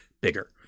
bigger